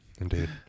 Indeed